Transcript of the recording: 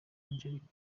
angelique